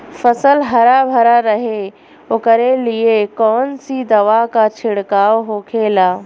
फसल हरा भरा रहे वोकरे लिए कौन सी दवा का छिड़काव होखेला?